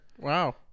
Wow